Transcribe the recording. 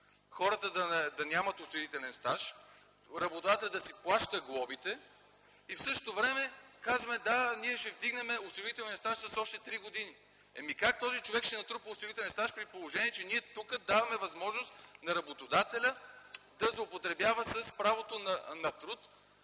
хората да нямат осигурителен стаж, работодателят да си плаща глобите и в същото време казваме: „Да, ние ще вдигнем осигурителния стаж с още три години.” Как този човек ще натрупа осигурителен стаж, при положение, че ние тук даваме възможност на работодателя да злоупотребява с правото на труд